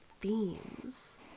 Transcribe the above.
themes